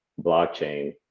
blockchain